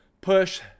Push